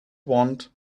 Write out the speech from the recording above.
want